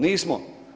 Nismo.